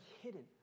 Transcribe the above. hidden